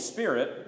Spirit